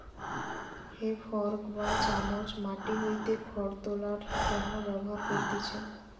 হে fork বা চামচ মাটি হইতে খড় তোলার জন্য ব্যবহার করতিছে